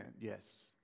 yes